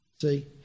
See